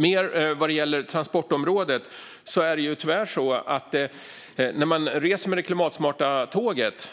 När det gäller transportområdet är det tyvärr så att när man reser med det klimatsmarta tåget